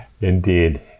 Indeed